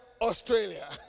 australia